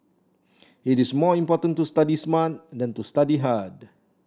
it is more important to study smart than to study hard